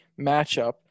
matchup